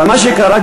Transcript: אבל מה שקרה,